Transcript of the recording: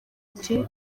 ati